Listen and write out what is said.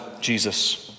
Jesus